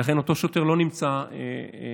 ולכן אותו שוטר לא נמצא כרגע,